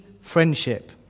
friendship